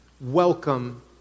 welcome